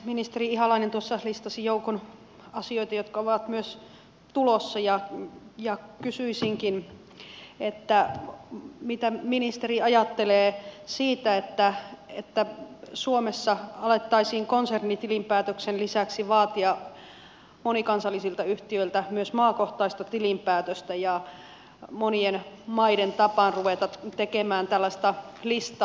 ministeri ihalainen tuossa listasi joukon asioita jotka ovat myös tulossa ja kysyisinkin mitä ministeri ajattelee siitä että suomessa alettaisiin konsernitilinpäätöksen lisäksi vaatia monikansallisilta yhtiöiltä myös maakohtaista tilinpäätöstä ja monien maiden tapaan ruvettaisiin tekemään tällaista listaa